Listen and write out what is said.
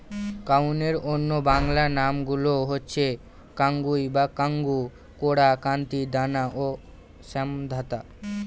কাউনের অন্য বাংলা নামগুলো হচ্ছে কাঙ্গুই বা কাঙ্গু, কোরা, কান্তি, দানা ও শ্যামধাত